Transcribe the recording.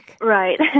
Right